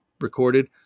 recorded